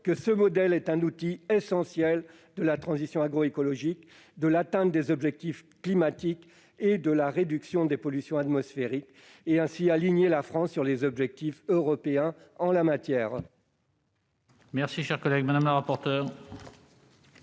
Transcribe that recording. que ce modèle est un outil essentiel de la transition agroécologique, de l'atteinte des objectifs climatiques et de la réduction des pollutions atmosphériques, et à aligner ainsi la France sur les objectifs européens en la matière. Quel est l'avis de la commission